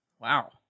Wow